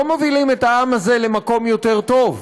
לא מובילים את העם הזה למקום יותר טוב.